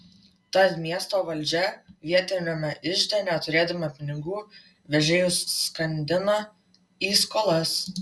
tad miesto valdžia vietiniame ižde neturėdama pinigų vežėjus skandina į skolas